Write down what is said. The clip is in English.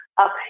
up